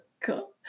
cool